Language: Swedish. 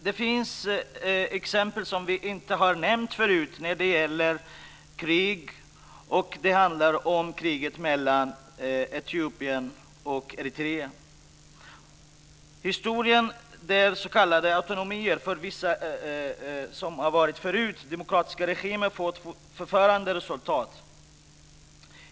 Det finns exempel som vi inte har nämnt förut när det gäller krig, och det handlar om kriget mellan Etiopien och Eritrea. Det finns sådana fall i historien där s.k. autonomier inom demokratiska regimer fått förfärande resultat.